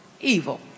Evil